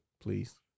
Please